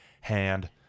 hand